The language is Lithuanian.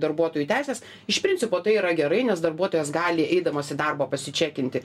darbuotojų teises iš principo tai yra gerai nes darbuotojas gali eidamas į darbą pasičekinti